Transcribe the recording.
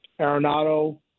Arenado